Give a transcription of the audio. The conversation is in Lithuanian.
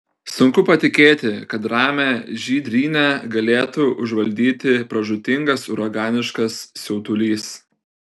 sunku patikėti kad ramią žydrynę galėtų užvaldyti pražūtingas uraganiškas siautulys